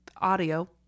audio